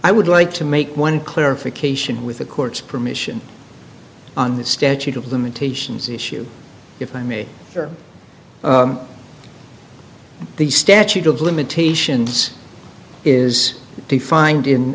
i would like to make one clarification with the court's permission on the statute of limitations issue if i may or the statute of limitations is defined in